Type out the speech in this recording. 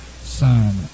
son